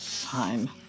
Time